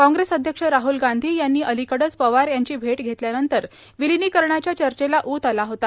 कॉग्रेस अध्यक्ष राहल गांधी यांनी अलिकडेच पवार यांची भेट घेतल्यानंतर विलीनकरण्याच्या चर्चेला ऊत आला होता